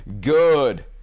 good